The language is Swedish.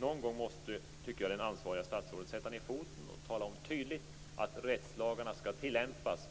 Någon gång måste det ansvariga statsrådet sätta ned foten och tydligt tala om att rättslagarna skall tillämpas.